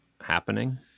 happening